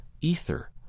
Ether